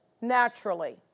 naturally